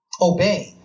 Obey